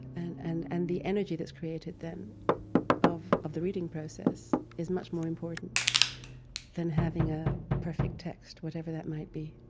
and and and the energy that's created them of of the reading process is much more important than having a perfect text, whatever that might be,